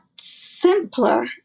simpler